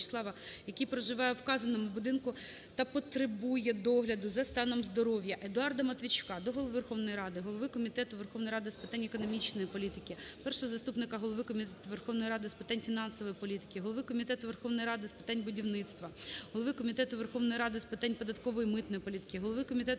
В'ячеслава, який проживає у вказаному будинку та потребує догляду за станом здоров'я. Едуарда Матвійчука до Голови Верховної Ради, голови Комітету Верховної Ради з питань економічної політики, першого заступника голови Комітету Верховної Ради з питань фінансової політики, голови Комітету Верховної Ради з питань будівництва, голови Комітету Верховної Ради з питань податкової та митної політики, голови Комітету